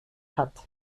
hat